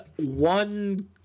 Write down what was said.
one